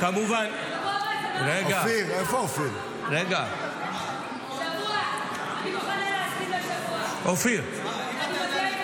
בשבוע הבא --- אני מוכנה להסכים לשבוע --- השבוע הבא.